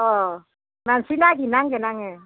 अह मानसि नागिरनांगोन आङो